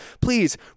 Please